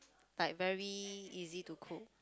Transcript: like very easy to cook